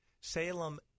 Salem